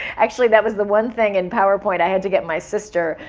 actually, that was the one thing in powerpoint i had to get my sister,